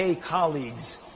colleagues